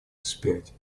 вспять